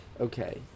okay